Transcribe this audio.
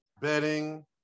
bedding